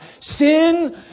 Sin